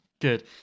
Good